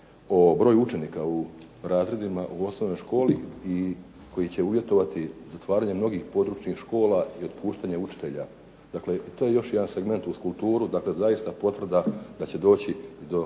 o broju učenika u razredima u osnovnoj školi i koji će uvjetovati zatvaranje mnogih područnih škola i otpuštanje učitelja. Dakle to je još jedan segment uz kulturu, dakle zaista potvrda da će doći do